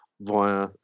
via